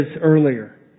earlier